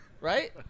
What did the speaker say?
Right